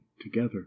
together